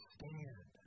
Stand